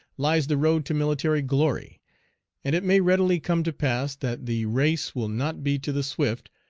lies the road to military glory and it may readily come to pass that the race will not be to the swift,